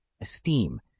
esteem